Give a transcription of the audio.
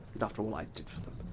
and after all i did for them.